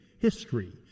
history